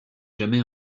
jamais